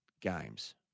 games